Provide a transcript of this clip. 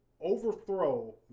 overthrow